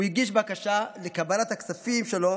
הוא הגיש בקשה לקבלת הכספים שלו,